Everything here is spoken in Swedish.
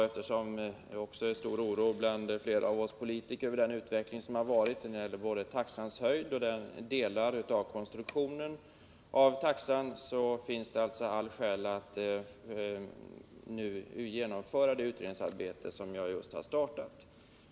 Eftersom det också finns stor oro bland flera av oss politiker över den utveckling som varit både när det gäller taxans höjd och när det gäller delar av konstruktionen finns det alla skäl att nu genomföra det utredningsarbete som jag just har startat.